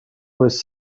was